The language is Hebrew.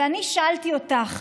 ואני שאלתי אותך